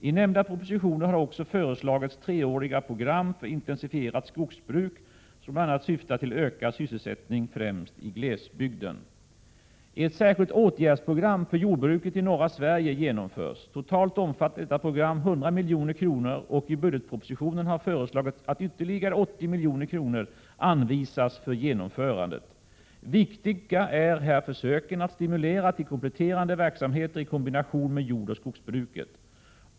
I nämnda propositioner har också föreslagits treåriga program för intensifierat skogsbruk, som bl.a. syftar till ökad sysselsättning främst i glesbygden. Ett särskilt åtgärdsprogram för jordbruket i norra Sverige genomförs. Totalt omfattar detta program 100 milj.kr., och i budgetpropositionen har föreslagits att ytterligare 80 milj.kr. anvisas för genomförandet. Viktiga är här försöken att stimulera till kompletterande verksamheter i kombination med jordoch skogsbruket.